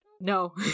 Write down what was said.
no